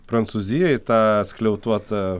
prancūzijoj tą skliautuotą